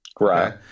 right